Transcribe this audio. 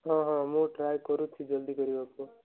ହଁ ହଁ ମୁଁ ଟ୍ରାଏ କରୁଛି ଜଲ୍ଦି କରିବାକୁ